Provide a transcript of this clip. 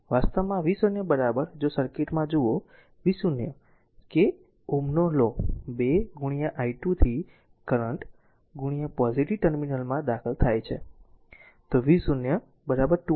વાસ્તવમાં v0 જો સર્કિટમાં જુઓ v0 કે ઓહ્મના લો 2 i2 થી કરંટ પોઝીટીવ ટર્મિનલ દાખલ થાય છે તો v0 2 i2